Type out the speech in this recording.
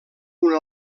una